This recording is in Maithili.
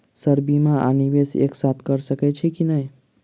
सर बीमा आ निवेश एक साथ करऽ सकै छी की न ई?